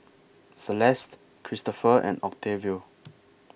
Celeste Kristofer and Octavio